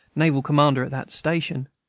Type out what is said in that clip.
naval commander at that station,